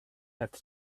had